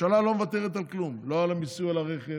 הממשלה לא מוותרת על כלום, לא על המיסוי של הרכב,